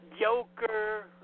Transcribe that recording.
Joker